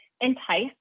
entice